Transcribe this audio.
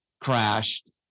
crashed